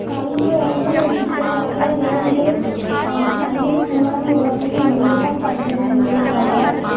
காலையில் வந்து சிக்ஸோ க்ளாக்லாம் எழுந்து சன்ரைஸ் முன்னாடி உக்காந்துட்டு நம்ம யோகா பண்ணுறதன் மூலயமாக